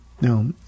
Now